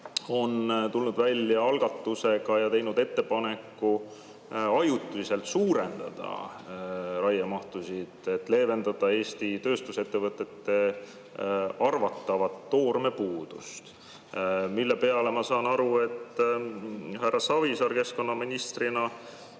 on tulnud välja algatusega ja teinud ettepaneku ajutiselt suurendada raiemahtusid, et leevendada Eesti tööstusettevõtete arvatavat toormepuudust. Selle peale, ma saan aru, härra Savisaar keskkonnaministrina